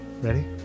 Ready